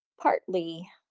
Partly